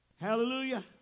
Hallelujah